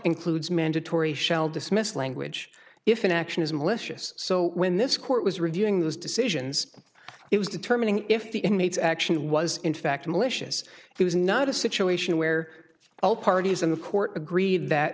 includes mandatory shell dismissed language if an action is malicious so when this court was reviewing those decisions it was determining if the inmates action was in fact malicious it was not a situation where all parties in the court agreed that